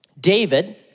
David